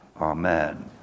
Amen